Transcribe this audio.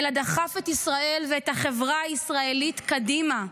אלא דחף את ישראל ואת החברה הישראלית קדימה,